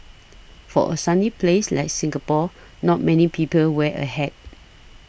for a sunny place like Singapore not many people wear a hat